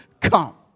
come